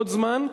עוד זמן,